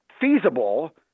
feasible